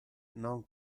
non